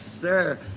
sir